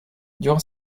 durant